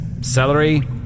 Celery